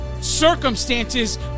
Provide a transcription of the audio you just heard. Circumstances